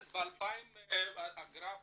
את הגרף